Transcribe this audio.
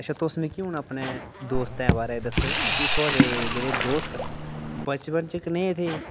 अच्छा तुस मिकी हून अपने दोस्तें बारै दस्सो कि थुआढ़े जेह्ड़े दोस्त न बचपन च कनेह् हे ते